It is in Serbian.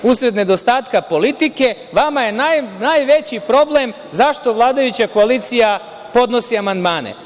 Usled nedostatka politike vama je najveći problem zašto vladajuća koalicija podnosi amandmane.